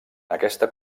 aquesta